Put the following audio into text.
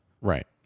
Right